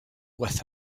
with